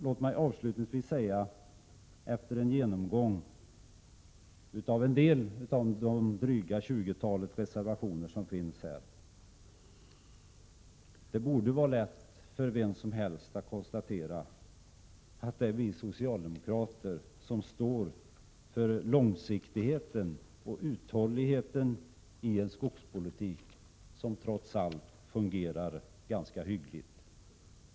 Låt mig avslutningsvis, efter en genomgång av en del av det dryga tjugotal reservationer som finns här, säga att det borde vara lätt för vem som helst att konstatera att det är vi socialdemokrater som står för långsiktigheten och uthålligheten i en skogspolitik som trots allt fungerar ganska hyggligt.